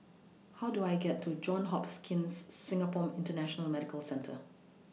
How Do I get to Johns hops Kings Singapore International Medical Centre